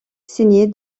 signés